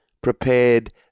prepared